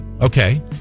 Okay